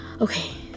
okay